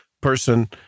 person